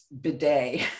bidet